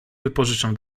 wypożyczam